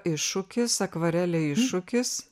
iššūkis akvarelė iššūkis